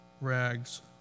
rags